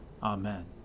Amen